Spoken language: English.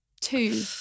two